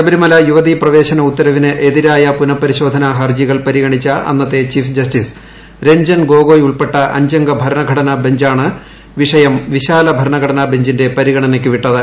ശബരിമല യുവതീപ്രവേശന ഉത്തരവിന് എതിരായ പുനപരിശോധനാഹർജികൾ പരിഗണിച്ച അന്നത്തെ ചീഫ് ജസ്റ്റിസ് രജ്ഞൻ ഗോഗോയ് ഉൾപ്പെട്ട അഞ്ചംഗ ഭരണഘടനാ ബഞ്ചാണ് വിഷയം വിശാല ഭരണഘടനാബഞ്ചിന്റെ പരിഗണനയക്ക് വിട്ടത്